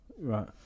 Right